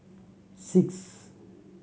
six